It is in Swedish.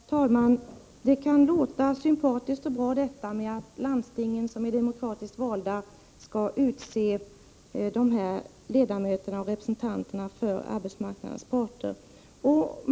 Prot. 1985/86:100 Herr talman! Det kan låta sympatiskt och bra att landstingen, som är 19 mars 1986 demokratiskt valda, skall utse representanterna för arbetsmarknadens å pä ; Ökat förtroendeparter.